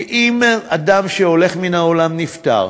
כי אם אדם שהולך מן העולם, נפטר,